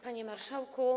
Panie Marszałku!